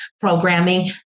programming